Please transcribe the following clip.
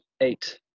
eight